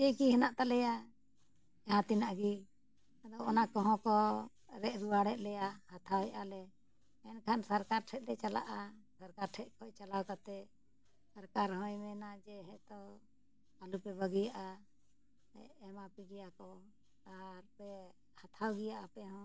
ᱪᱮᱫ ᱦᱮᱱᱟᱜ ᱛᱟᱞᱮᱭᱟ ᱡᱟᱦᱟᱸ ᱛᱤᱱᱟᱹᱜ ᱜᱮ ᱟᱫᱚ ᱚᱱᱟ ᱠᱚᱦᱚᱸ ᱠᱚ ᱨᱮᱡ ᱨᱩᱣᱟᱹᱲᱮᱫ ᱞᱮᱭᱟ ᱦᱟᱛᱟᱣᱮᱫ ᱟᱞᱮ ᱮᱱᱠᱷᱟᱱ ᱥᱚᱨᱠᱟᱨ ᱴᱷᱮᱱᱞᱮ ᱪᱟᱞᱟᱜᱼᱟ ᱥᱚᱨᱠᱟᱨ ᱴᱷᱮᱱ ᱠᱷᱚᱱ ᱪᱟᱞᱟᱣ ᱠᱟᱛᱮ ᱥᱚᱨᱠᱟᱨ ᱦᱚᱸᱭ ᱢᱮᱱᱟ ᱡᱮ ᱦᱮᱸᱛᱚ ᱟᱞᱚᱯᱮ ᱵᱟᱹᱜᱤᱭᱟᱜᱼᱟ ᱮᱢᱟ ᱯᱮᱜᱮᱭᱟ ᱠᱚ ᱟᱨᱯᱮ ᱦᱟᱛᱟᱣ ᱜᱮᱭᱟ ᱟᱯᱮᱦᱚᱸ